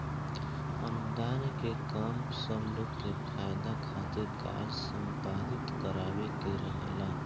अनुदान के काम सब लोग के फायदा खातिर कार्य संपादित करावे के रहेला